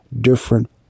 different